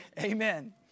Amen